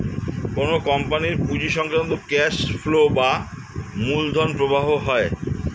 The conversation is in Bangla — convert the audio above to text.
কোন কোম্পানির পুঁজি সংক্রান্ত ক্যাশ ফ্লো বা মূলধন প্রবাহ হয়